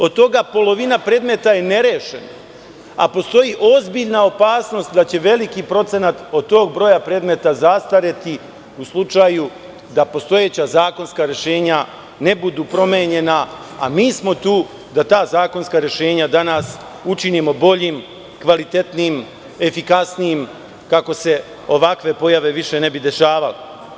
Od toga polovina predmeta je nerešena, a postoji ozbiljna opasnost da će veliki procenat od tog broja predmeta zastareti u slučaju da postojeća zakonska rešenja ne budu promenjena, a mi smo tu da ta zakonska rešenja danas učinimo boljim, kvalitetnijim, efikasnijim, kako se ovakve pojave više ne bi dešavale.